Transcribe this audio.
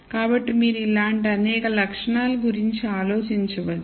కాబట్టి మీరు ఇలాంటి అనేక లక్షణాల గురించి ఆలోచించవచ్చు